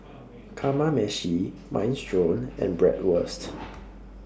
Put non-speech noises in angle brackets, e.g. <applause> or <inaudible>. Kamameshi Minestrone and Bratwurst <noise>